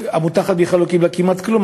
עמותה אחת לא קיבלה כמעט כלום,